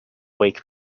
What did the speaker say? wake